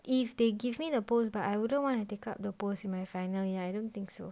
if they give me the post but I wouldn't want to take up the post in my final year I don't think so